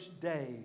day